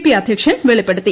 P അധ്യക്ഷൻ വെളിപ്പെടുത്തി